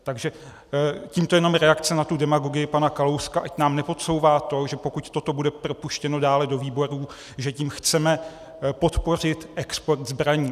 Takže tímto jenom reakce na tu demagogii pana Kalouska, ať nám nepodsouvá to, že pokud toto bude propuštěno dále do výborů, že tím chceme podpořit export zbraní.